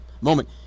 moment –